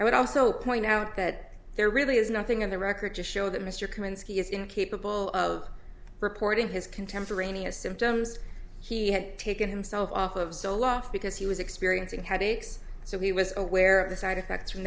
i would also point out that there really is nothing in the record to show that mr kaminski is incapable of reporting his contemporaneous symptoms he had taken himself off of zoloft because he was experiencing headaches so he was aware of the side effects from